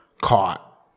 caught